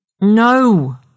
No